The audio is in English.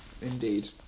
Indeed